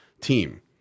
team